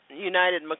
United